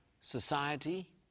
society